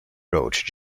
roach